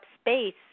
space